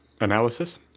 analysis